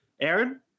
Aaron